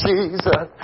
Jesus